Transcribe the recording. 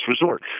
resort